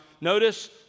notice